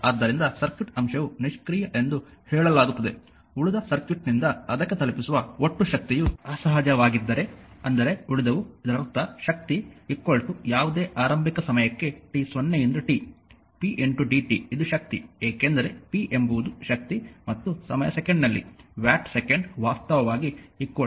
ಆದ್ದರಿಂದ ಸರ್ಕ್ಯೂಟ್ ಅಂಶವು ನಿಷ್ಕ್ರಿಯ ಎಂದು ಹೇಳಲಾಗುತ್ತದೆ ಉಳಿದ ಸರ್ಕ್ಯೂಟ್ನಿಂದ ಅದಕ್ಕೆ ತಲುಪಿಸುವ ಒಟ್ಟು ಶಕ್ತಿಯು ಅಸಹಜವಾಗಿದ್ದರೆ ಅಂದರೆ ಉಳಿದವು ಇದರರ್ಥ ಶಕ್ತಿ ಯಾವುದೇ ಆರಂಭಿಕ ಸಮಯಕ್ಕೆ t0 ಯಿಂದ t p dt ಇದು ಶಕ್ತಿ ಏಕೆಂದರೆ p ಎಂಬುದು ಶಕ್ತಿ ಮತ್ತು ಸಮಯ ಸೆಕೆಂಡ್ ನಲ್ಲಿ ವ್ಯಾಟ್ ಸೆಕೆಂಡ್ ವಾಸ್ತವವಾಗಿ ಜೌಲ್